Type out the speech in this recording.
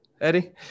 eddie